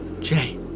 jay